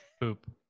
poop